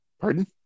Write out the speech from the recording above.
Pardon